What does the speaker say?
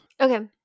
Okay